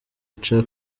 ica